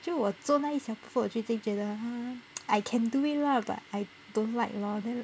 就我做那一小部分我就已经觉得 I can do it lah but I don't like lor then